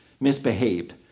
misbehaved